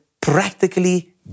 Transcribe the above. practically